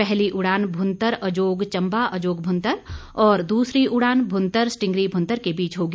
पहली उड़ान भूंतर अजोग चंबा अजोग भूंतर और दूसरी उड़ान भूंतर स्टींगरी भूंतर के बीच होगी